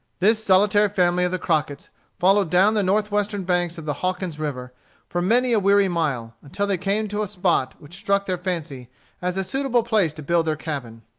this solitary family of the crocketts followed down the northwestern banks of the hawkins river for many a weary mile, until they came to a spot which struck their fancy as a suitable place to build their cabin.